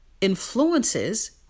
influences